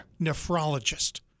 nephrologist